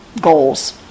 goals